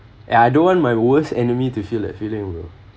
and I don't want my worst enemy to feel that feeling bro